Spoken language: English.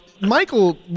Michael